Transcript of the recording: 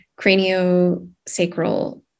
craniosacral